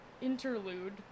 interlude